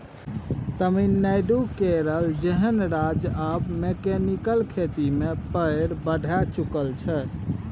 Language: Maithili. तमिलनाडु, केरल जेहन राज्य आब मैकेनिकल खेती मे पैर बढ़ाए चुकल छै